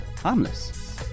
Harmless